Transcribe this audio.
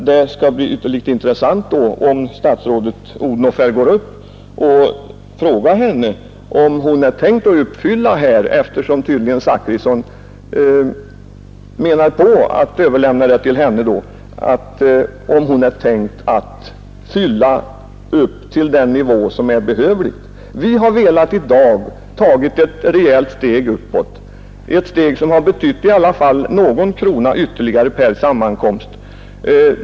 Det skulle vara ytterligt intressant att här få höra om statsrådet Odhnoff — eftersom tydligen herr Zachrisson vill överlåta avgörandet till henne — har tänkt fylla på till den nivå som är behövlig. Vi har i dag velat ta ett rejält steg uppåt, ett steg som i alla fall betyder någon krona ytterligare per sammankomst.